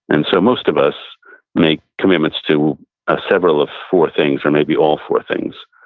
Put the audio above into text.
and so most of us make commitments to ah several of four things, or maybe all four things.